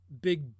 big